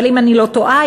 אבל אם אני לא טועה,